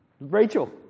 Rachel